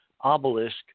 obelisk